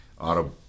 auto